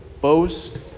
boast